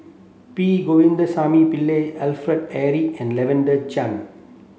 P Govindasamy Pillai Alfred Eric and Lavender Chang